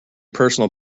personal